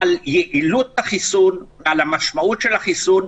על יעילות החיסון ועל המשמעות של החיסון,